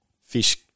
fish